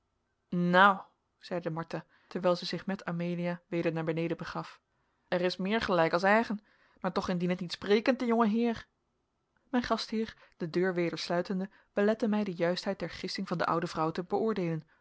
zeide martha terwijl zij zich met amelia weder naar beneden begaf er is meer gelijk als eigen maar toch indien het niet sprekend de jonge heer mijn gastheer de deur weder sluitende belette mij de juistheid der gissing van de oude vrouw te beoordeelen